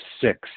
six